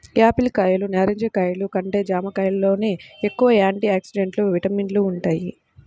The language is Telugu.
యాపిల్ కాయలు, నారింజ కాయలు కంటే జాంకాయల్లోనే ఎక్కువ యాంటీ ఆక్సిడెంట్లు, విటమిన్లు వుంటయ్